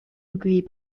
recueillis